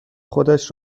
خودش